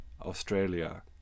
Australia